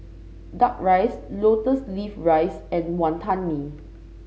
duck rice lotus leaf rice and Wantan Mee